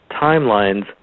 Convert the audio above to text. timelines